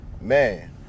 man